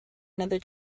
another